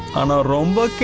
um a rainbow